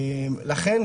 לכן,